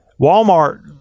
walmart